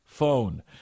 phone